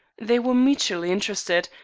they were mutually interested,